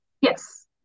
Yes